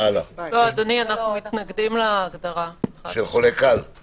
אדוני, אנחנו מתנגדים להגדרה חולה קל.